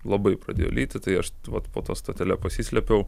labai pradėjo lyti tai aš vat pat po ta stotele pasislėpiau